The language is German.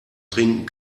trinken